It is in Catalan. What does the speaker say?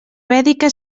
vèdica